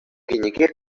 кӗнеке